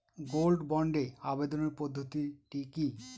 Gold বন্ডে আবেদনের পদ্ধতিটি কি?